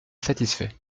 satisfait